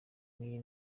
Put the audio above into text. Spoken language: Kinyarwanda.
y’iyi